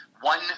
one